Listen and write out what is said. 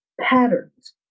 patterns